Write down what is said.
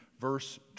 verse